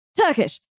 turkish